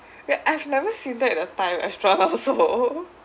ya I've never seen that in a thai restaurant also